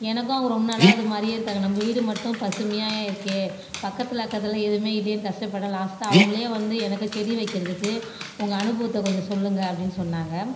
எனக்கும் அவங்க ரொம்ப நாளாக அது மாரியே இருக்காங்க நம்ப வீடு மட்டும் பசுமையாக இருக்கே பக்கத்தில் அக்கத்தில் எதுவுமே இல்லையேனு கஷ்டப்பட்டேன் லாஸ்ட்டாக அவங்களே வந்து எனக்கு செடி வைக்கிறதுக்கு உங்கள் அனுபவத்தை கொஞ்சம் சொல்லுங்கள் அப்படின்னு சொன்னாங்க